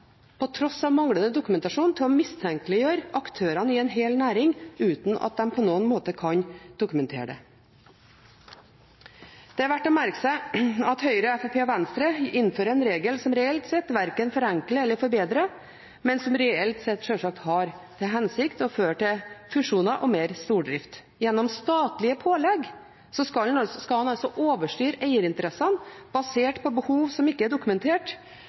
på tross av manglende dokumentasjon – til å mistenkeliggjøre aktørene i en hel næring uten at de på noen måte kan dokumentere det. Det er verdt å merke seg at Høyre, Fremskrittspartiet og Venstre innfører en regel som reelt sett verken forenkler eller forbedrer, men som reelt sett sjølsagt har til hensikt å føre til fusjoner og mer stordrift. Gjennom statlige pålegg skal en altså overstyre eierinteressene basert på behov som ikke er dokumentert,